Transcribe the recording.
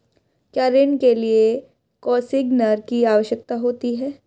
क्या ऋण के लिए कोसिग्नर की आवश्यकता होती है?